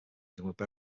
kingdom